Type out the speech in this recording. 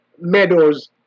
meadows